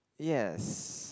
yes